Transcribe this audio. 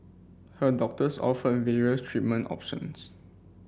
her doctors offered various treatment options